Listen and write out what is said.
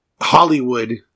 Hollywood